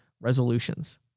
resolutions